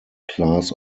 class